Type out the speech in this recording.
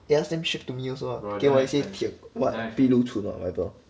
eh ask them ship to me also lah 给我一些 [what] 碧螺春 or whatever